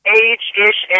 age-ish